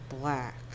black